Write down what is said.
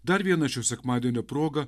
dar viena šio sekmadienio proga